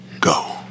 go